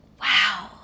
Wow